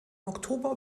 oktober